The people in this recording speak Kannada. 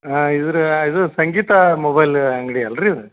ಹಾಂ ಇದ್ರ ಇದು ಸಂಗೀತಾ ಮೊಬೈಲ್ ಅಂಗಡಿ ಅಲ್ಲರೀ ಇದು